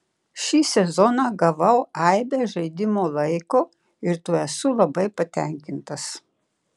šį sezoną gavau aibę žaidimo laiko ir tuo esu labai patenkintas